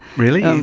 really?